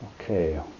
okay